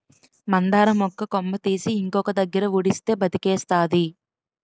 మందార మొక్క కొమ్మ తీసి ఇంకొక దగ్గర ఉడిస్తే బతికేస్తాది